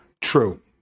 True